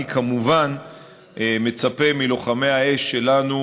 אני כמובן מצפה מלוחמי האש שלנו